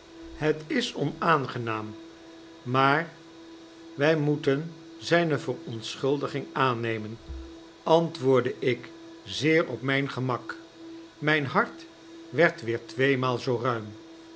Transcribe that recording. het is onaangenaam maar wy moeten zijne verontschuldiging aannemen antwoordde ik zeer op myn gemak mp hart werd weer tweemaal zoo ruim